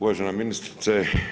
Uvažena ministrice.